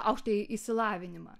aukštąjį išsilavinimą